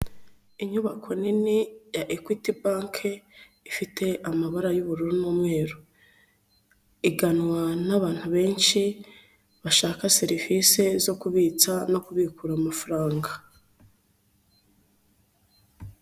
Inyubako nini ya Equity banke ifite amabara y'ubururu n'umweru, iganwa n'abantu benshi bashaka serivisi zo kubitsa no kubikura amafaranga.